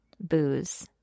Booze